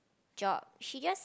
job she just